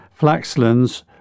Flaxlands